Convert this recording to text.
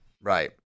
Right